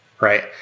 Right